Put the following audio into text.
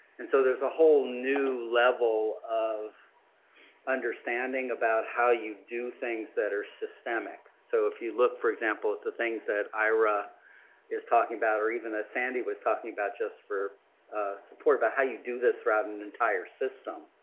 and so there is a whole new level of understanding about how you do things that are systemic. so if you look, for example, at the things that ira is talking is talking about or even as sandy was talking about just for support about how you do this rather than an entire system.